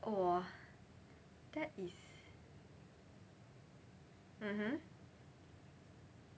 oh !wah! that is mmhmm